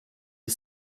ich